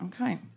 Okay